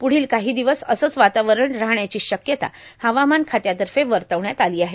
पुढील काही दिवस असंच वातावरण राहण्याची शक्यता हवामान खात्यातर्फे वर्तवण्यात आली आहे